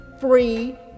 Free